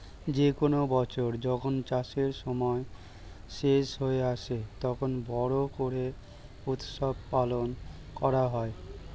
যে কোনো বছর যখন চাষের সময় শেষ হয়ে আসে, তখন বড়ো করে উৎসব পালন করা হয়